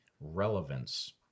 relevance